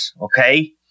okay